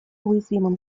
уязвимым